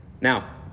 Now